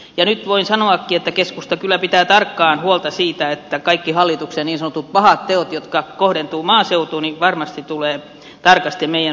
ja nyt voin sanoakin että keskusta kyllä pitää tarkkaan huolta siitä että kaikki hallituksen niin sanotut pahat teot jotka kohdentuvat maaseutuun varmasti tulevat tarkasti meidän suunnaltamme valvotuiksi